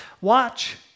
watch